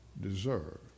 deserve